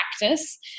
practice